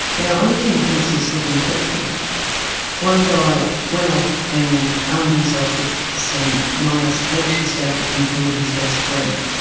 now under the influence of sniffing petrol one guy went off and armed himself with some knives and actually stabbed and killed his best friend.